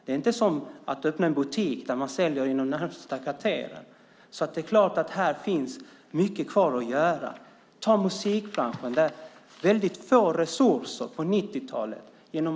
Det är inte som att öppna en butik där man säljer inom de närmaste kvarteren. Det är klart att här finns mycket kvar att göra. Ta musikbranschen som gavs väldigt lite resurser på 90-talet.